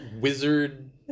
wizard